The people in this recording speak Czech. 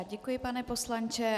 Děkuji, pane poslanče.